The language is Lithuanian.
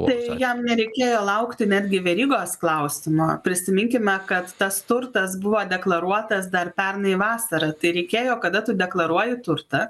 tai jam nereikėjo laukti netgi verygos klausimo prisiminkime kad tas turtas buvo deklaruotas dar pernai vasarą tereikėjo kada tu deklaruoji turtą